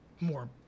more